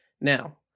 Now